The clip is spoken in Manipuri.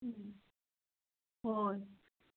ꯎꯝ ꯍꯣꯏ